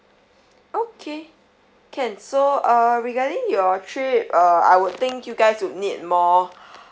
okay can so uh regarding your trip uh I would think you guys would need more